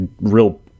real